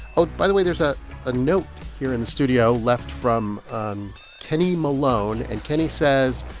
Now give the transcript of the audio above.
oh, by the way, there's a ah note here in the studio left from kenny malone. and kenny says,